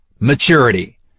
maturity